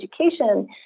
education